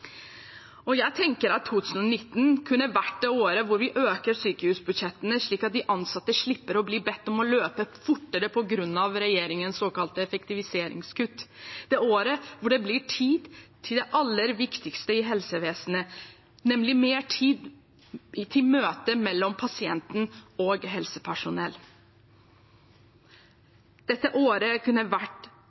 Jeg tenker at 2019 kunne blitt det året da vi økte sykehusbudsjettene, slik at de ansatte slapp å bli bedt om å løpe fortere på grunn av regjeringens såkalte effektiviseringskutt, det året da det ble tid til det aller viktigste i helsevesenet, nemlig møtet mellom pasienten og helsepersonellet. Dette året kunne